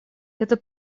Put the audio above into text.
это